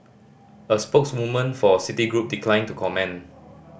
a spokeswoman for Citigroup declined to comment